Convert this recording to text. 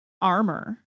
armor